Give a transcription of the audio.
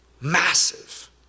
Massive